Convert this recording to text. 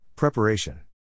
Preparation